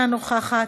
אינו נוכח,